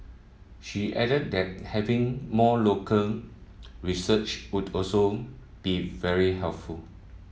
she added that having more local research would also be very helpful